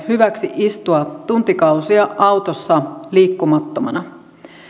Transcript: hyväksi istua tuntikausia autossa liikkumattomana